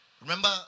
Remember